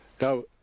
Now